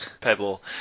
pebble